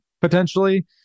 potentially